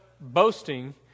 boasting